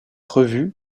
revue